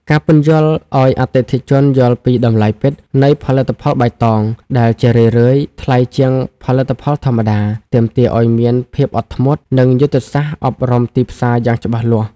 ការពន្យល់ឱ្យអតិថិជនយល់ពី "តម្លៃពិត" នៃផលិតផលបៃតង (ដែលជារឿយៗថ្លៃជាងផលិតផលធម្មតា) ទាមទារឱ្យមានភាពអត់ធ្មត់ និងយុទ្ធសាស្ត្រអប់រំទីផ្សារយ៉ាងច្បាស់លាស់។